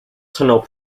tunnel